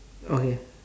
okay